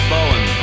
Bowen